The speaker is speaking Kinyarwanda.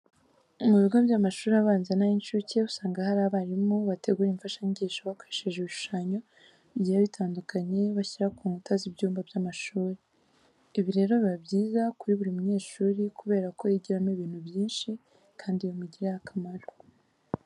Mu bigo by'amashuri abanza n'ay'incuke usanga haba hari abarimu bategura imfashanyigisho bakoresheje ibishushanyo bigiye bitandukanye bashyira ku nkuta z'ibyumba by'amashuri. Ibi rero biba byiza kuri buri munyeshuri kubera ko yigiramo ibintu byinshi kandi bimugirira umumaro.